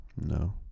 No